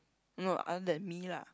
no other than me lah